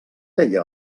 feia